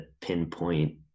pinpoint